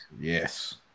Yes